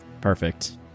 Perfect